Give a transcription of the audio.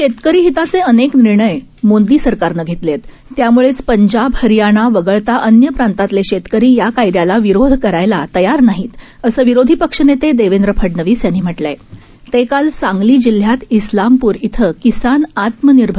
शेतकरी हिताचे अनेक निर्णय मोदी सरकारनं घेतले आहेत त्यामुळेच पंजाब हरियाणा वगळता अन्य प्रांतातले शेतकरी या कायद्याला विरोध करायला तयार नाहीत असं विरोधी पक्ष नेते देवेंद्र फडणवीस यांनी म्हटलं आहेर ते काल सांगली जिल्ह्यात इस्लामपूर इथं किसान आत्मनिर्भ